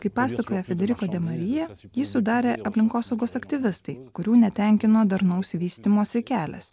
kaip pasakoja federico demaria jį sudarė aplinkosaugos aktyvistai kurių netenkino darnaus vystymosi kelias